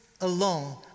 alone